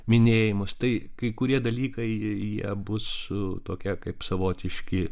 minėjimus tai kai kurie dalykai jie bus su tokia kaip savotiški